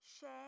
share